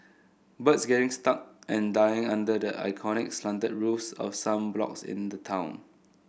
birds getting stuck and dying under the iconic slanted roofs of some blocks in the town